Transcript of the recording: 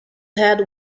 had